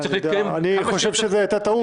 אני חושב שזאת היתה טעות.